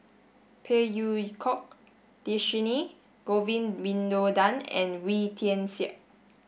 Phey Yew Kok Dhershini Govin Winodan and Wee Tian Siak